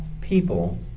people